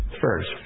first